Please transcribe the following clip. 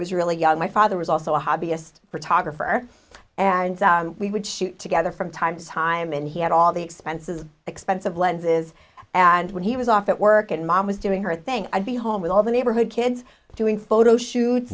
was really young my father was also a hobbyist for talk or for and we would shoot together from time to time and he had all the expenses expensive lenses and when he was off at work and mom was doing her thing i'd be home with all the neighborhood kids doing photo shoots